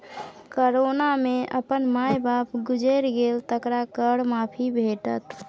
corona मे अपन माय बाप गुजैर गेल तकरा कर माफी भेटत